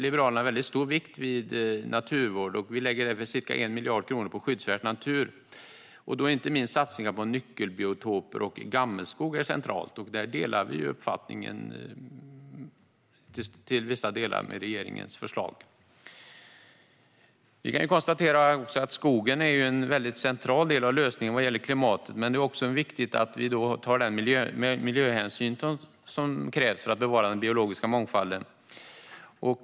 Liberalerna lägger stor vikt vid naturvård, och vi lägger ca 1 miljard kronor på skyddsvärd natur. Här är inte minst satsningar på nyckelbiotoper och gammelskog centralt, och vi delar till vissa delar regeringens förslag. Skogen är en central del av lösningen vad gäller klimatet, och då är det viktigt att vi tar den miljöhänsyn som krävs för att bevara den biologiska mångfalden.